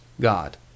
God